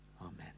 Amen